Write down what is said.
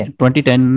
2010